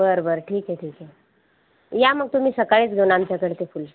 बरं बरं ठीक आहे ठीक आहे या मग तुम्ही सकाळीच घेऊन आमच्याकडे ते फूल